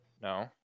No